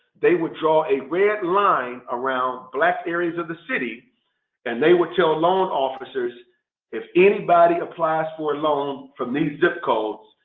they would draw a red line around black areas of the city and they would tell loan officers if anybody applies for a loan from these zip codes,